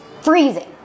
freezing